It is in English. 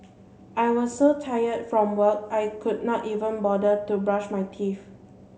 I was so tired from work I could not even bother to brush my teeth